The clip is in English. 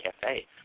cafe